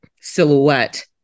silhouette